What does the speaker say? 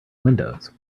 windows